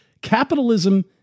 capitalism